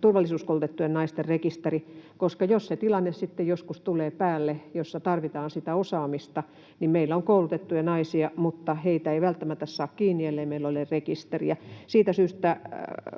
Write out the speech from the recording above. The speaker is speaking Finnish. turvallisuuskoulutettujen naisten rekisteri, koska jos se tilanne sitten joskus tulee päälle, missä tarvitaan sitä osaamista, niin meillä on koulutettuja naisia mutta heitä ei välttämättä saa kiinni, ellei meillä ole rekisteriä. Haluan nyt